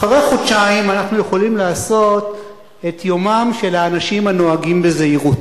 אחרי חודשיים אנחנו יכולים לעשות את יומם של האנשים הנוהגים בזהירות.